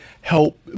help